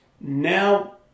now